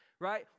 right